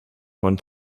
von